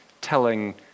telling